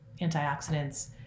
antioxidants